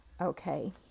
Okay